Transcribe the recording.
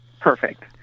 perfect